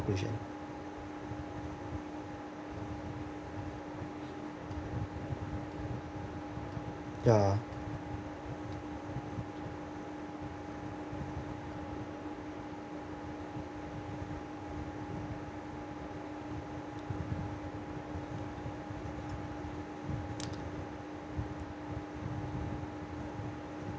conclusion ya